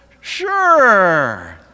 Sure